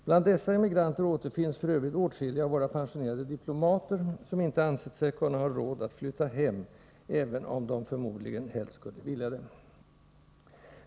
Bland dessa emigranter återfinns f.ö. åtskilliga av våra pensionerade diplomater, som inte ansett sig ha råd att flytta hem, även om de förmodligen helst skulle vilja det.